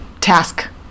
task